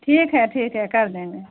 ठीक है ठीक है कर देंगे